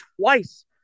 twice